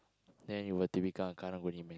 then you want to become a Karang-Guni man